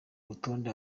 rutonde